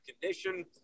condition